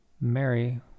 Mary